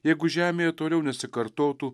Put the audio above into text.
jeigu žemėje toliau nesikartotų